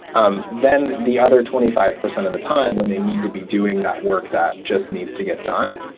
um then the other twenty five percent of the time, when they need to be doing that work that jus t needs to get done,